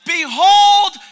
Behold